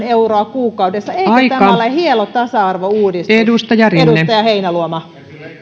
euroa kuukaudessa eikö tämä ole hieno tasa arvouudistus edustaja heinäluoma